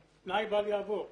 תנאי בל יעבור.